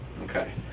Okay